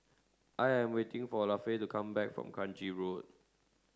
I am waiting for Lafe to come back from Kranji Road